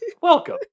welcome